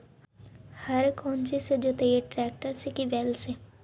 हर कौन चीज से जोतइयै टरेकटर से कि बैल से?